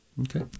Okay